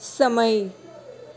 સમય